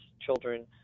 children